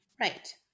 Right